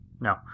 No